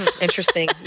Interesting